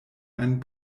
ein